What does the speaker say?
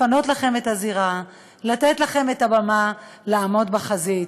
לפנות לכם את הזירה, לתת לכם את הבמה לעמוד בחזית.